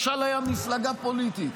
משל היה מפלגה פוליטית.